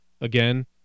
Again